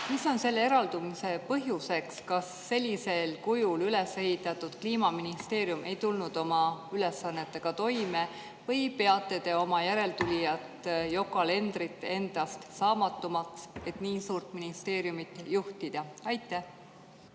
Mis on selle eraldumise põhjuseks? Kas sellisel kujul üles ehitatud Kliimaministeerium ei tulnud oma ülesannetega toime või peate te oma järeltulijat Yoko Alenderit endast saamatumaks, mistõttu ta ei sobi nii suurt ministeeriumi juhtima? Aitäh,